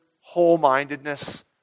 whole-mindedness